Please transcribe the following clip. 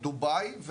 דובאי,